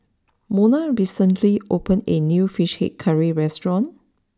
Monna recently opened a new Fish Head Curry restaurant